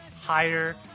higher